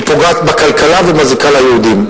היא פוגעת בכלכלה ומזיקה ליהודים.